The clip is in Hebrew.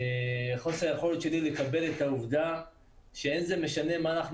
חוסר היכולת שלי לקבל את העובדה שאין זה משנה מה אנחנו